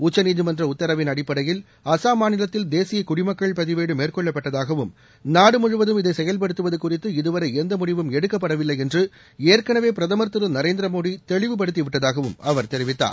உச்சநீதிமன்ற உத்தரவின் அடிப்படையில் அஸ்ஸாம் மாநிலத்தில் தேசிய குடிமக்கள் பதிவேடு மேற்கொள்ளப்பட்டதாகவும் நாடு முழுவதும் இதை செயல்படுத்துவது குறித்து இதுவரை எந்த முடிவும் எடுக்கப்படவில்லை என்று ஏற்கனவே பிரதமர் திரு நரேந்திர மோடி தெளிவுபடுத்தி விட்டதாகவும் அவர் தெரிவித்தார்